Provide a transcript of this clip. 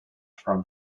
from